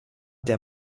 der